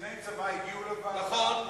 וקציני צבא הגיעו לוועדה, נכון.